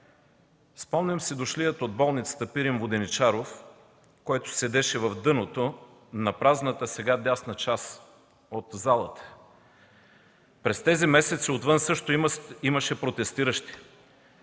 Спомням си дошлия от болницата Пирин Воденичаров, който стоеше в дъното на празната сега дясна част от залата. През тези месеци отвън също имаше протестиращи.